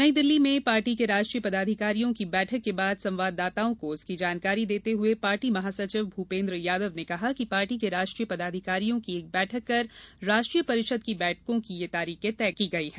नई दिल्ली में पार्टी के राष्ट्रीय पदाधिकारियों की बैठक के बाद संवाददाताओं को उसकी जानकारी देते हुए पार्टी महासचिव भूपेन्द्र यादव ने कहा कि पार्टी के राष्ट्रीय पदाधिकारियों की एक बैठक कर राष्ट्रीय परिषद की बैठकों की ये तारीखें तय की गई हैं